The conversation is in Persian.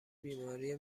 بیماری